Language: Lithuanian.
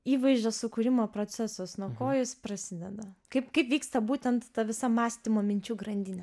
įvaizdžio sukūrimo procesas nuo ko jis prasideda kaip kaip vyksta būtent ta visa mąstymo minčių grandinė